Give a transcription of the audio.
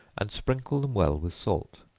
and sprinkle them well with salt,